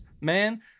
man